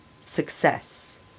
Success